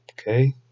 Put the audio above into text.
Okay